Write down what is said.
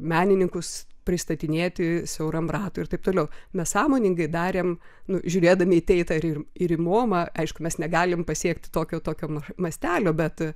menininkus pristatinėti siauram ratui ir taip toliau mes sąmoningai darėm nu žiūrėdami teitą ir ir momą aišku mes negalim pasiekti tokio tokio mastelio bet